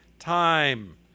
time